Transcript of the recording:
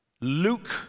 Luke